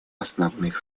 основных